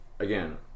Again